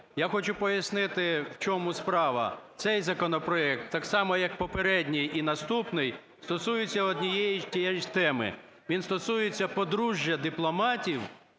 Я хочу пояснити, в чому справа. Цей законопроект, так само, як попередній і наступний, стосується однієї і тієї ж теми: він стосується подружжя дипломатів,